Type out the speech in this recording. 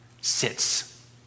sits